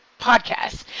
podcast